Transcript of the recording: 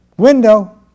window